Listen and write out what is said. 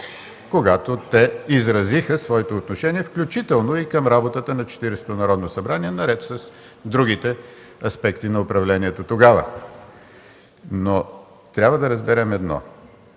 когато те изразиха своето отношение, включително и към работата на Четиридесетото Народно събрание наред с другите аспекти на управлението тогава. Но трябва да разберем едно